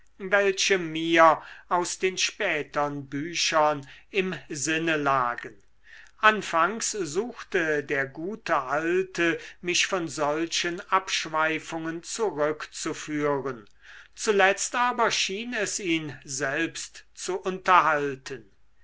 welche mir aus den spätern büchern im sinne lagen anfangs suchte der gute alte mich von solchen abschweifungen zurückzuführen zuletzt aber schien es ihn selbst zu unterhalten